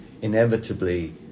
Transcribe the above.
inevitably